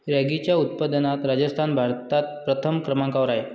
रॅगीच्या उत्पादनात राजस्थान भारतात प्रथम क्रमांकावर आहे